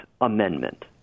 Amendment